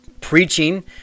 preaching